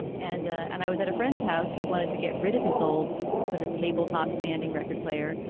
and and i was at a friend's house who wanted to get rid of his old sort of tabletop standing record player.